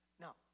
Now